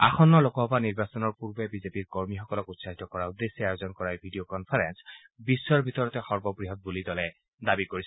আসন্ন লোকসভা নিৰ্বাচনৰ পূৰ্বে বিজেপিৰ কৰ্মীসকলক উৎসাহিত কৰাৰ উদ্দেশ্যে আয়োজন কৰা এই ভি ডি অ' কনফাৰেন্স বিশ্বৰ ভিতৰতে সৰ্ববৃহৎ বুলি দলে দাবী কৰিছে